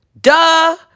Duh